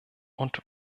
und